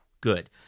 Good